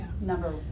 number